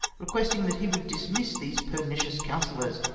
requesting that he would dismiss these pernicious councillors,